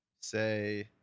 say